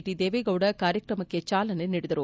T Devegowda ಕಾರ್ಯಕ್ರಮಕ್ಕೆ ಚಾಲನೆ ನೀಡಿದರು